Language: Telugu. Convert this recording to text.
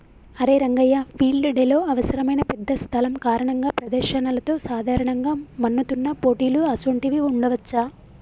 అరే రంగయ్య ఫీల్డ్ డెలో అవసరమైన పెద్ద స్థలం కారణంగా ప్రదర్శనలతో సాధారణంగా మన్నుతున్న పోటీలు అసోంటివి ఉండవచ్చా